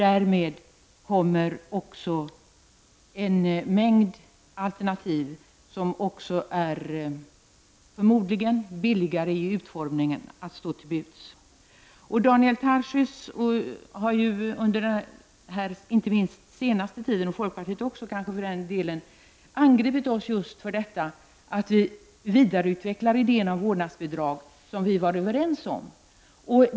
Därmed kommer också en mängd alternativ att stå till buds som förmodligen även är billigare vad gäller utformningen. Daniel Tarschys -- och det gäller kanske folkpartiet i övrigt -- har, inte minst under den senaste tiden, angripit oss i centern för att vi vidareutvecklar de idéer om vårdnadsbidrag som vi var överens om.